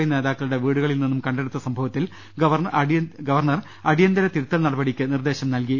I നേതാക്കളുടെ വീടുകളിൽ നിന്നും കണ്ടെടുത്ത സംഭവത്തിൽ ഗവർണർ അടിയന്തിര തിരുത്തൽ നടപടിക്ക് നിർദ്ദേശം നൽകി